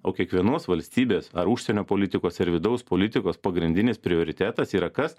o kiekvienos valstybės ar užsienio politikos ir vidaus politikos pagrindinis prioritetas yra kas